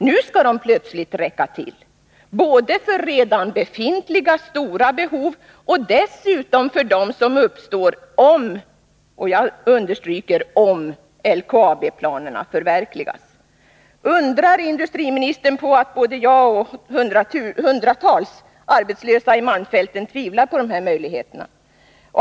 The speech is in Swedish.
Nu skall de plötsligt räcka till, både för redan befintliga stora behov och dessutom för de behov som uppstår om — jag understryker om — LKAB-planerna förverkligas. Undrar industriministern på att både jag och hundratals arbetslösa i malmfälten tvivlar på dessa möjligheter?